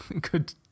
good